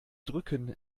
drücken